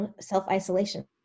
self-isolation